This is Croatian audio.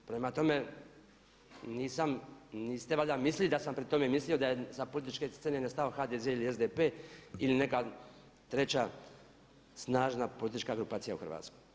Prema tome, niste valjda mislili da sam pri tome mislio da je sa političke scene nestao HDZ ili SDP ili neka treća snažna politička grupacija u Hrvatskoj.